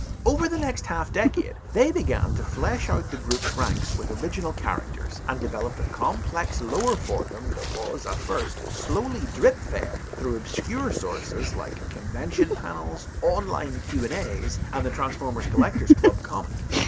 over the next half-decade, they began to flesh out the group's ranks with original characters, and developed a complex lore for them that was, at first, slowly drip-fed through obscure sources like convention panels, online q and as, and the transformers collectors club's comic.